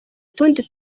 utundi